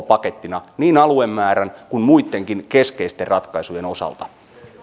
pakettina niin aluemäärän kuin muittenkin keskeisten ratkaisujen osalta